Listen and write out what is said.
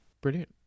Brilliant